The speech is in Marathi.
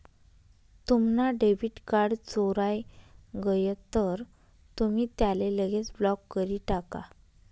तुम्हना डेबिट कार्ड चोराय गय तर तुमी त्याले लगेच ब्लॉक करी टाका